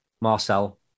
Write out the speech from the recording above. Marcel